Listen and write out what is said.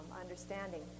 understanding